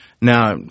Now